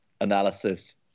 analysis